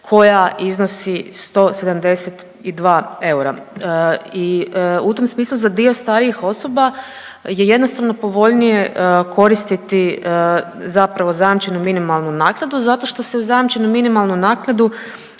koja iznosi 172 eura. I u tom smislu za dio starijih osoba je jednostavno povoljnije koristiti zapravo zajamčenu minimalnu naknadu zato što se u zajamčenu minimalnu naknadu